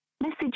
message